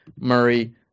Murray